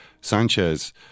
Sanchez